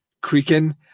creaking